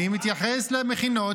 אני מתייחס למכינות.